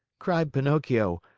cried pinocchio,